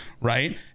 right